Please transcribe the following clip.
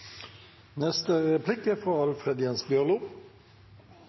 neste taler er Alfred Jens Bjørlo.